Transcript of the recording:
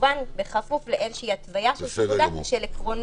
כמובן בכפוף לאיזושהי התוויה של עקרונות.